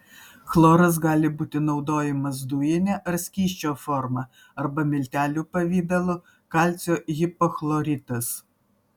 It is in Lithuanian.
chloras gali būti naudojamas dujine ar skysčio forma arba miltelių pavidalu kalcio hipochloritas